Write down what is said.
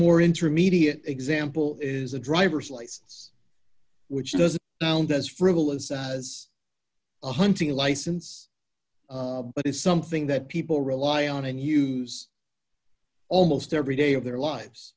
more intermediate example is a driver's license which doesn't sound as frivolous as a hunting license but it's something that people rely on and you almost every day of their lives